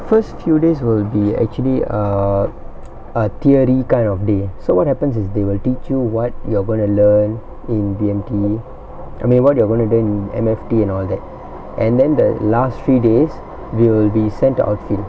first few days will be actually err a theory kind of day so what happens is they will teach you what you're going to learn in B_M_T I mean what you're gonna learn in M_F_T and all that and then the last few days we will be sent to outfield